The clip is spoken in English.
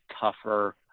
tougher